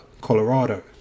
Colorado